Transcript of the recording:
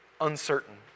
uncertain